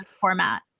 format